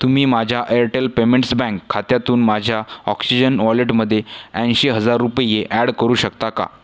तुम्ही माझ्या Airtel Payments Bank खात्यातून माझ्या ऑक्सिजन वॉलेटमध्ये ऐंशी हजार रुपये ॲड करू शकता का